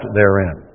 therein